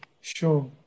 sure